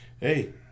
Hey